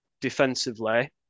defensively